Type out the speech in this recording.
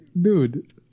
dude